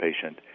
patient